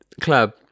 Club